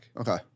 Okay